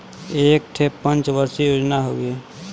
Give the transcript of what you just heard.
एक ठे पंच वर्षीय योजना हउवे